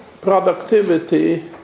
productivity